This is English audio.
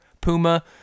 puma